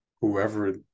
whoever